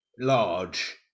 large